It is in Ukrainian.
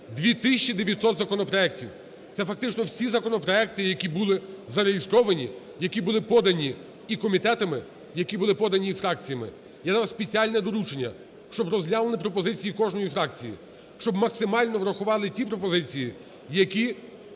900 законопроектів, це фактично всі законопроекти, які були зареєстровані, які були подані і комітетами, які були подані і фракціями. Я давав спеціальне доручення, щоб розглянули пропозиції кожної фракції, щоб максимально врахували ті пропозиції, які